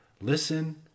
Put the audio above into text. Listen